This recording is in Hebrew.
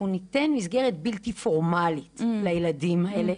אנחנו ניתן מסגרת בלתי פורמלית לילדים האלה,